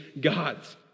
God's